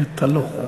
נטלוֹ.